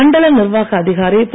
மண்டல நிர்வாக அதிகாரி திரு